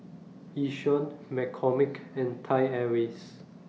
Yishion McCormick and Thai Airways